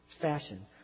fashion